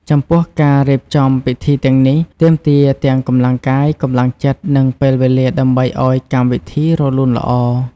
ចំពោះការរៀបចំពិធីទាំងនេះ ទាមទារទាំងកម្លាំងកាយ កម្លាំងចិត្ត និងពេលវេលាដើម្បីអោយកម្មវីធីរលូនល្អ។